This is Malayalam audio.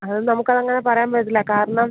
അത് നമുക്കങ്ങന പറയാൻ പറ്റില്ല കാരണം